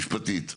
משפטית.